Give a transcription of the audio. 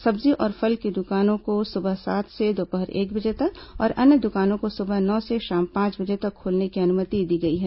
सब्जी और फल की दुकानों को सुबह सात से दोपहर एक बजे तक और अन्य दुकानों को सुबह नौ से शाम पांच बजे तक खोलने की अनुमति दी गई है